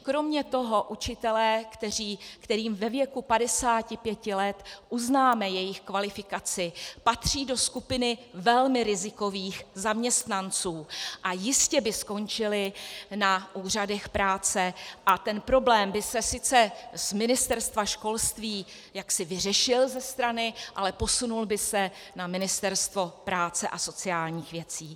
Kromě toho učitelé, kterým ve věku 55 let uznáme jejich kvalifikaci, patří do skupiny velmi rizikových zaměstnanců a jistě by skončili na úřadech práce a ten problém by se sice z Ministerstva školství vyřešil ze strany, ale posunul by se na Ministerstvo práce a sociálních věcí.